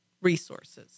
resources